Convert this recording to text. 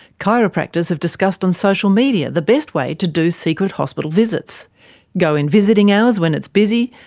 chiropractors have discussed on social media the best way to do secret hospital visits go in visiting hours when it's busy,